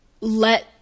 let